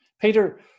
Peter